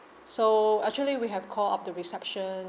so actually we have call up the reception